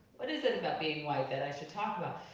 what is it about being white that i should talk about?